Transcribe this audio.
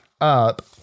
up